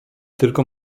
tylko